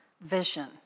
vision